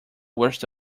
worst